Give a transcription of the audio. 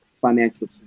financial